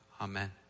Amen